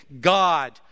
God